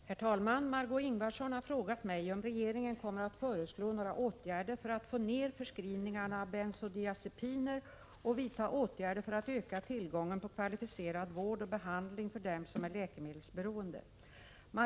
Herr talman! Margö Ingvardsson har frågat mig om regeringen kommer att föreslå några åtgärder för att få ner förskrivningarna av bensodiazepiner och vidta åtgärder för att öka tillgången på kvalificerad vård och behandling för dem som är läkemedelsberoende.